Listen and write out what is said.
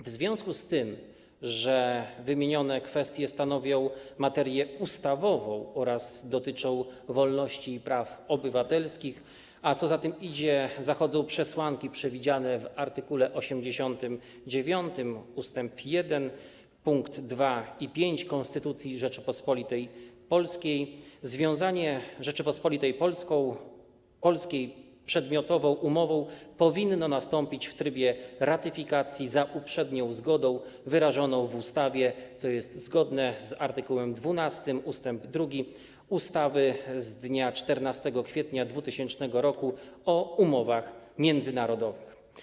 W związku z tym, że wymienione kwestie stanowią materię ustawową oraz dotyczą wolności i praw obywatelskich, a co za tym idzie - zachodzą przesłanki przewidziane w art. 89 ust. 1 pkt 2 i 5 Konstytucji Rzeczypospolitej Polskiej, związanie Rzeczypospolitej Polskiej przedmiotową umową powinno nastąpić w trybie ratyfikacji za uprzednią zgodną wyrażoną w ustawie, co jest zgodne z art. 12 ust. 2 ustawy z dnia 14 kwietnia 2000 r. o umowach międzynarodowych.